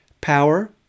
Power